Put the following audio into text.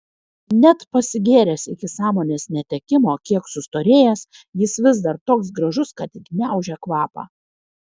net pasigėręs iki sąmonės netekimo kiek sustorėjęs jis vis dar toks gražus kad gniaužia kvapą